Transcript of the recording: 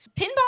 Pinball